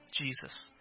Jesus